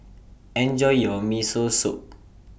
Enjoy your Miso Soup